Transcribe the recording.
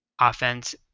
offense